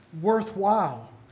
worthwhile